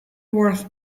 worth